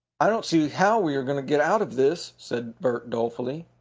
i don't see how we are going to get out of this, said bert dolefully.